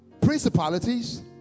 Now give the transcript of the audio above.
principalities